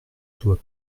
doit